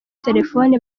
telefoni